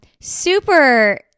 Super